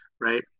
right